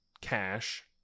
cash